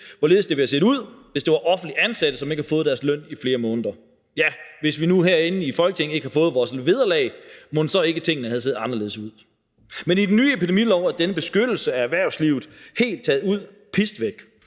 hvorledes det ville have set ud, hvis det var offentligt ansatte, som ikke havde fået deres løn i flere måneder. Ja, hvis vi nu herinde i Folketinget ikke havde fået vores vederlag, mon så ikke tingene havde set anderledes ud? Men i det nye epidemilov er denne beskyttelse af erhvervslivet helt taget ud – pist væk.